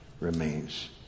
remains